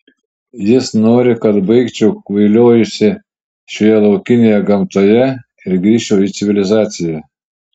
jis nori kad baigčiau kvailiojusi šioje laukinėje gamtoje ir grįžčiau į civilizaciją